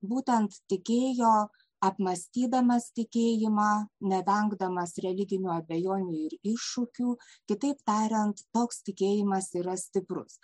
būtent tikėjo apmąstydamas tikėjimą nevengdamas religinių abejonių ir iššūkių kitaip tariant toks tikėjimas yra stiprus